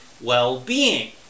well-being